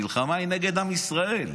המלחמה היא נגד עם ישראל,